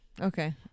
okay